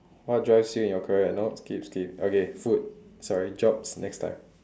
what drives you in your career nope skip skip okay food sorry jobs next time